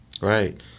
Right